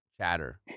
chatter